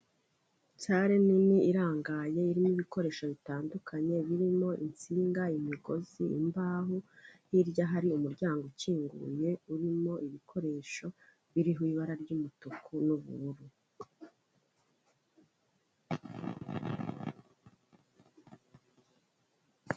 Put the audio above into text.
Sale nini irangaye, irimo ibikoresho bitandukanye, birimo insinga, imigozi, imbaho, hirya hari umuryango ukinguye, urimo ibikoresho biriho ibara ry'umutuku n'ubururu.